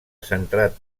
centrat